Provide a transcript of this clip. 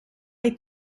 est